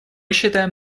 считаем